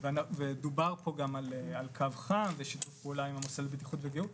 דובר פה על קו חם ושיתוף פעולה עם המוסד לבטיחות וגהות,